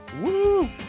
Woo